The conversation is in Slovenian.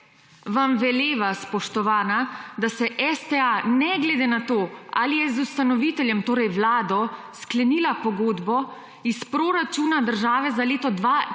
vam veleva, spoštovana, da se STA, ne glede na to ali z ustanoviteljem, torej vlado, sklenila pogodbo, iz proračuna države za leto 2022